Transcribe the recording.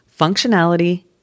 Functionality